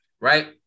right